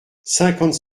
cinquante